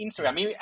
Instagram